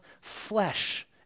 flesh